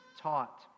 taught